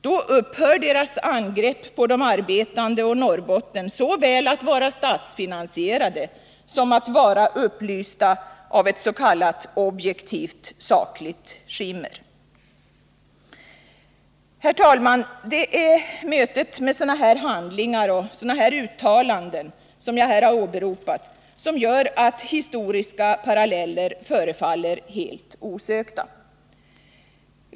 Då upphör deras angrepp på de arbetande och Norrbotten såväl att vara statsfinansierade som att vara upplysta av ett s.k. objektivt sakligt skimmer. Herr talman! Det är mötet med sådana handlingar och sådana uttalanden som jag här åberopat som gör att historiska paralleller förefaller helt osökta.